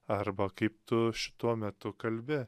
arba kaip tu šituo metu kalbi